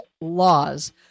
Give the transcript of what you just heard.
laws